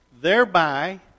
thereby